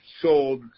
sold